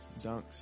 dunks